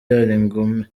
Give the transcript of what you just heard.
ingume